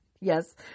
Yes